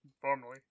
Formerly